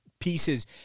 pieces